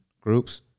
groups